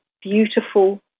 beautiful